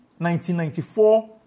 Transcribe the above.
1994